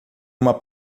uma